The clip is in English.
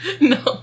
no